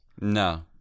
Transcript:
No